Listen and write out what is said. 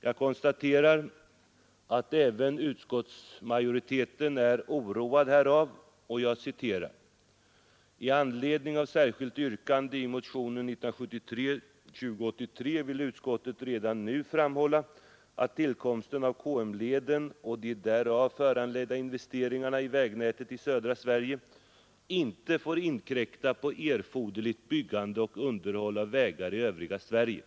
Jag konstaterar att även utskottsmajoriteten är oroad härav, och jag citerar: ”I anledning av särskilt yrkande i motionen 1973:2083 vill utskottet redan nu framhålla att tillkomsten av KM-leden och de därav föranledda investeringarna i vägnätet i södra Sverige inte får inkräkta på erforderligt byggande och underhåll av vägar i övriga Sverige.